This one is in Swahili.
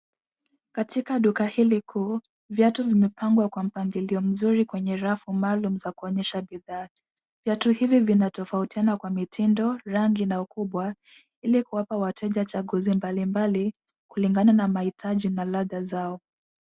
Katika duka hili kuu, viatu vimepangwa kwa mpangilio mzuri kwenye rafu maalum za kuonyesha bidhaa. Viatu hivi vinatofautiana kwa mitindo, rangi na ukubwa ili kuwapa wateja chaguzi mbalimbali kulingana na mahitaji mbalaga zao.